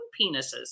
penises